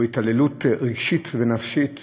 ובהתעללות רגשית ונפשית